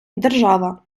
держава